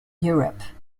europe